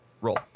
roll